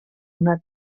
una